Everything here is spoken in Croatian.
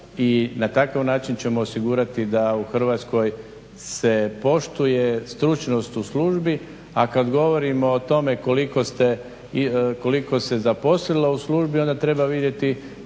na takav način ćemo osigurati da u Hrvatskoj se poštuje stručnost u službi. A kad govorimo o tome koliko ste, koliko se zaposlilo u službi onda treba vidjeti